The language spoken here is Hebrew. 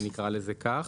נקרא לזה כך.